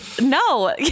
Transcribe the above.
No